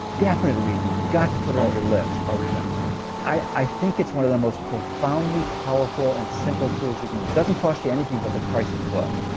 definite read. you've got to put it on your i'll read that i think it's one of the most profoundly powerful and simple tools you can use doesn't cost you anything but the price of the book.